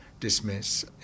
Dismiss